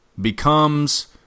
becomes